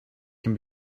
can